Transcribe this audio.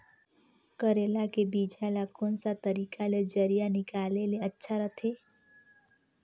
करेला के बीजा ला कोन सा तरीका ले जरिया निकाले ले अच्छा रथे?